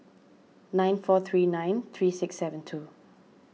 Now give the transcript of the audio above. nine four three nine three six seven two